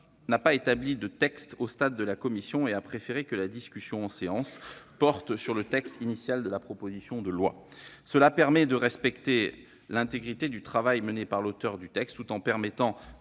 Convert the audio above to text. n'a pas établi de texte et a préféré que la discussion en séance porte sur le texte initial de la proposition de loi. Cela permet de respecter l'intégrité du travail mené par l'auteur tout en permettant,